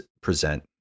present